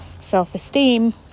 self-esteem